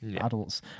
adults